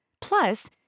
Plus